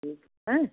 ठीक है